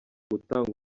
gutanga